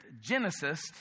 Genesis